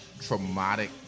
traumatic